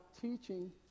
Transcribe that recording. teaching